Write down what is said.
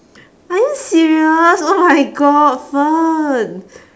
are you serious oh my god fern